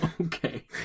Okay